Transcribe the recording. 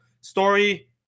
Story